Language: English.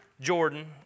Jordan